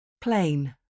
Plain